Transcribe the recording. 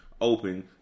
open